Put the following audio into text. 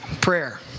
prayer